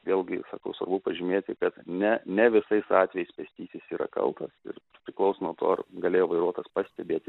vėlgi sakau svarbu pažymėti kad ne ne visais atvejais pėstysis yra kaltas ir priklauso nuo to ar galėjo vairuotojas pastebėti